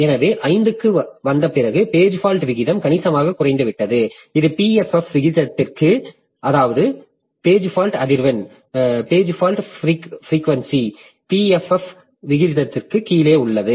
எனவே 5 க்கு வந்த பிறகு பேஜ் ஃபால்ட் விகிதம் கணிசமாகக் குறைந்துவிட்டது இது பிஎஃப்எஃப் விகிதத்திற்குக் கீழே உள்ளது